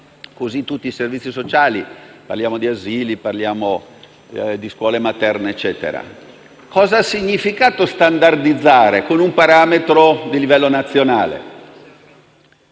per tutti i servizi sociali come asili, scuole materne e quant'altro. Cosa ha significato standardizzare con un parametro di livello nazionale?